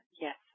Yes